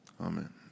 amen